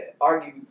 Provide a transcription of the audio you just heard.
argue